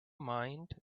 mind